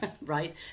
right